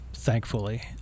Thankfully